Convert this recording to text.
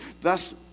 thus